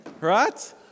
Right